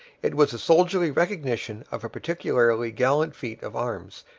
it was the soldierly recognition of a particularly gallant feat of arms,